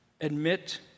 admit